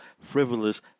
frivolous